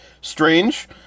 strange